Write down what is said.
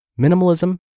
Minimalism